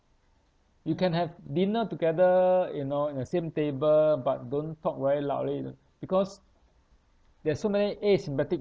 you can have dinner together you know in the same table but don't talk very loudly you know because there's so many asymptomatic